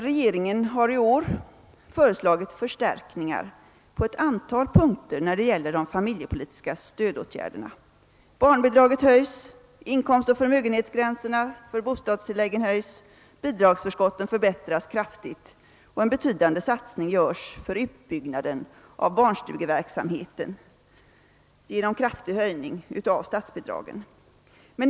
Regeringen har i år föreslagit förstärkningar på ett antal punkter när det gäller de familjepolitiska stödåtgärderna: barnbidragen höjs, inkomstoch förmögenhetsgränserna för bostadstillläggen höjs, barnbidragsförskotten förbättras väsentligt, och det sker en betydande satsning för utbyggnad av barnstugeverksamheten genom en kraftig höjning av statsbidragen.